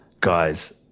guys